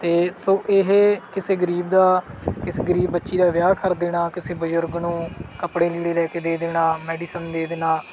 ਅਤੇ ਸੋ ਇਹ ਕਿਸੇ ਗਰੀਬ ਦਾ ਕਿਸੇ ਗਰੀਬ ਬੱਚੀ ਦਾ ਵਿਆਹ ਕਰ ਦੇਣਾ ਕਿਸੇ ਬਜ਼ੁਰਗ ਨੂੰ ਕੱਪੜੇ ਲੀੜੇ ਲੈ ਕੇ ਦੇ ਦੇਣਾ ਮੈਡੀਸਨ ਦੇ ਦੇਣਾ